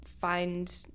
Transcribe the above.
find